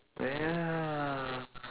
yeah